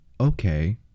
Okay